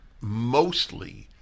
mostly